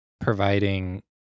providing